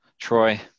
Troy